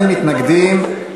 שירותים פיננסיים (ביטוח) (תיקון מס' 28)